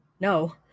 No